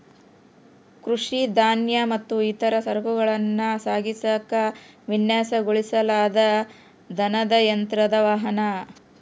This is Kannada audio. ಕೃಷಿ ಧಾನ್ಯ ಮತ್ತು ಇತರ ಸರಕುಗಳನ್ನ ಸಾಗಿಸಾಕ ವಿನ್ಯಾಸಗೊಳಿಸಲಾದ ದನದ ಯಂತ್ರದ ವಾಹನ